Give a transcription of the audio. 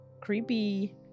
creepy